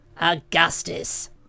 Augustus